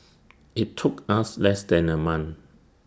IT took us less than A month